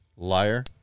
Liar